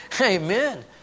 Amen